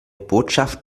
botschaft